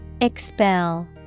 expel